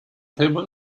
table